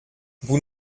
vous